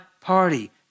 party